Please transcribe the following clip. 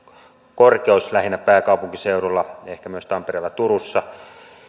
korkeus lähinnä pääkaupunkiseudulla ehkä myös tampereella turussa